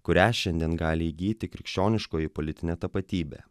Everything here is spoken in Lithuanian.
kurią šiandien gali įgyti krikščioniškoji politinė tapatybė